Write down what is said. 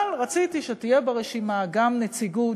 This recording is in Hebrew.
אבל רציתי שתהיה ברשימה גם נציגות,